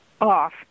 off